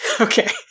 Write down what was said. Okay